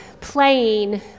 playing